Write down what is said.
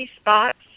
spots